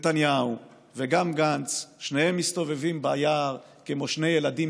נתניהו וגם גנץ שניהם מסתובבים ביער כמו שני ילדים